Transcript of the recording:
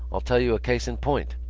i'll tell you a case in point.